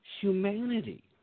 humanity